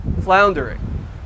floundering